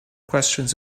questions